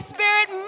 Spirit